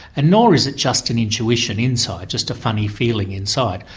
and nor is it just an intuition inside, just a funny feeling inside.